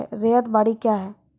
रैयत बाड़ी क्या हैं?